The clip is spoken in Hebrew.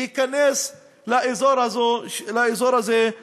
להיכנס לאזור הזה,